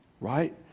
right